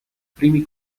primi